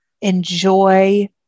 enjoy